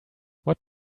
what